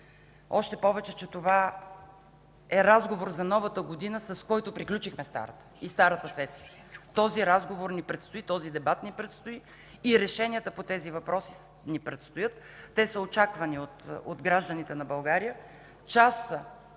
Още повече че това е разговор за новата година, с който приключихме старата година и старата сесия. Този разговор ни предстои, този дебат ни предстои и решенията по тези въпроси ни предстоят. Те са очаквани от гражданите на България и са